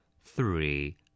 Three